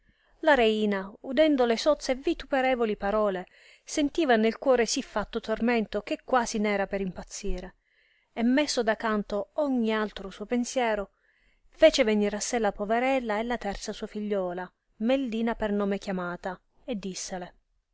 la reina udendo le sozze e vituperevoli parole sentiva nel cuore sì fatto tormento che quasi ne era per impazzire e messo da canto ogni altro suo pensiero fece venir a sé la poverella e la terza sua figliuola meldina per nome chiamata e dissele